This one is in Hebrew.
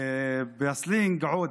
ובסלנג עודֶה.